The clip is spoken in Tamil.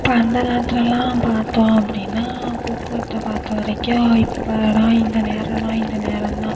இப்போ அந்த காலத்திலலாம் பார்த்தோம் அப்படின்னா போக்குவரத்தை பார்த்த வரைக்கும் இப்போ தான் இந்த நேரம்னா இந்த நேரம்தான்